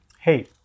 hey